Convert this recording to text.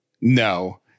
No